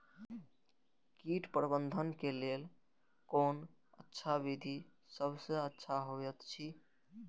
कीट प्रबंधन के लेल कोन अच्छा विधि सबसँ अच्छा होयत अछि?